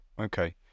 Okay